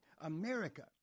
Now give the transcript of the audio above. America